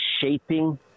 shaping